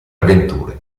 avventure